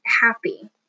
happy